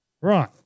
Right